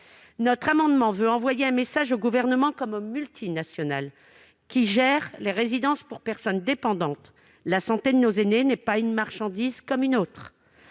notre amendement, nous voulons envoyer un message au Gouvernement comme aux multinationales qui gèrent les résidences pour personnes dépendantes : la santé de nos aînés n'est pas une marchandise comme une autre.